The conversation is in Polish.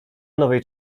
nowej